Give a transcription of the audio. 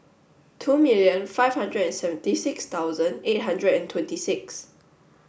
two million five hundred seventy six thousand eight hundred and twenty six